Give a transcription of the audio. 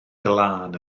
glân